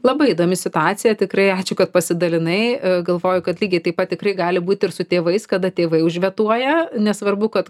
labai įdomi situacija tikrai ačiū kad pasidalinai galvoju kad lygiai taip pat tikrai gali būt ir su tėvais kada tėvai užvetuoja nesvarbu kad